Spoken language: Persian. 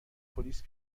پلیس